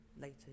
later